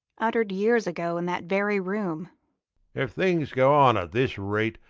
uttered years ago in that very room if things go on at this rate,